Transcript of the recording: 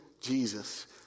Jesus